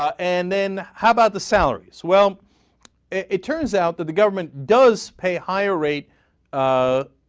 and then how about the seller swell it turns out that the government does pay higher rate ah.